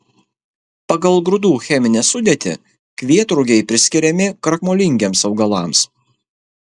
pagal grūdų cheminę sudėtį kvietrugiai priskiriami krakmolingiems augalams